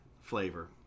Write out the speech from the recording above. flavor